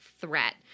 threat